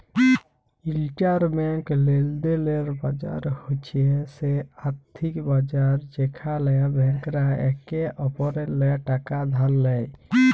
interbank লেলদেলের বাজার হছে সে আথ্থিক বাজার যেখালে ব্যাংকরা একে অপরেল্লে টাকা ধার লেয়